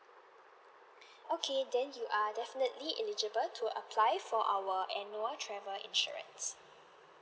okay then you are definitely eligible to apply for our annual travel insurance